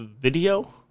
video